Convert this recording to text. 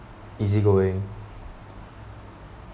easygoing